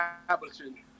establishing